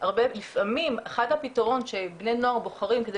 לפעמים אחד הפתרונות שבני נוער בוחרים כדי